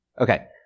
Okay